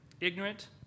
Ignorant